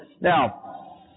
Now